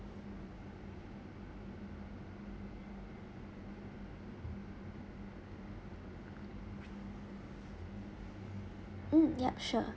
mm yup sure